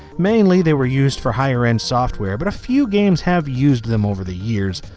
mainly they were used for higher end software but a few games have used them over the years.